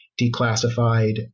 declassified